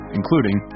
including